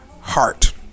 heart